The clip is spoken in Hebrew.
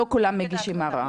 לא כולם מגישים ערר.